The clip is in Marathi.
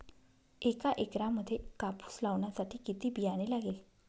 एका एकरामध्ये कापूस लावण्यासाठी किती बियाणे लागेल?